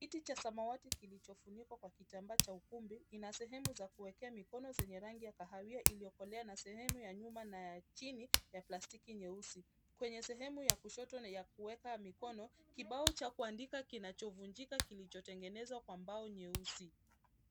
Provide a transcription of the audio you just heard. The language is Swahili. Kiti cha samawati kilichofunikwa kwa kitambaa cha ukumbi ina sehemu za kuekea mikono zenye rangi ya kahawia iliyokolea na sehemu ya nyuma na ya chini ya plastiki nyeusi. Kwenye sehemu ya kushoto na ya kuweka mikono, kibao cha kuandika kinachovunjika kilichotengenezwa kwa mbao nyeusi.